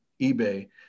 eBay